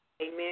Amen